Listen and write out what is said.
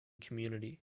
community